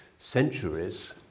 centuries